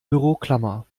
büroklammer